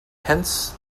hence